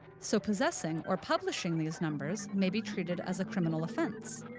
so possessing or publishing these numbers may be treated as a criminal offense.